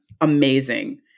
amazing